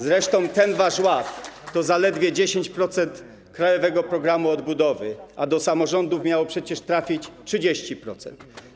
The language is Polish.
Zresztą ten wasz ład to zaledwie 10% Krajowego Planu Odbudowy, a do samorządów miało przecież trafić 30%.